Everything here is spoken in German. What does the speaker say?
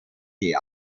die